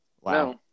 Wow